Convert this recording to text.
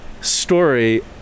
story